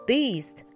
Beast